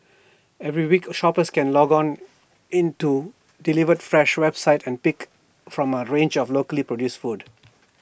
every week shoppers can log on into delivered fresh website and pick from A range of locally produced foods